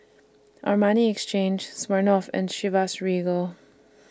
Armani Exchange Smirnoff and Chivas Regal